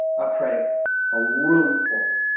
i pray a roomful